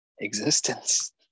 existence